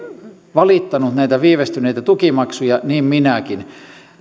valittanut näitä viivästyneitä tukimaksuja niin minäkin